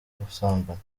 gusambana